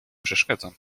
przeszkadzam